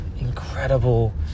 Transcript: incredible